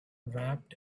wrapped